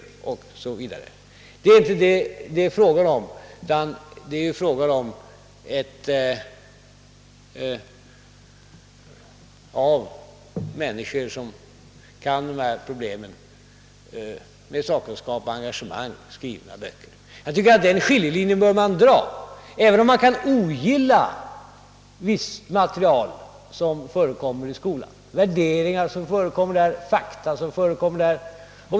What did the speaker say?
Det är inte fråga om något sådant, utan det gäller böcker som med sakkunskap och engagemang skrivits av människor som kan dessa problem. Jag tycker att den skiljelinjen bör man dra, även om man kan ogilla visst material, vissa värderingar och vissa fakta som redovisas i skolan.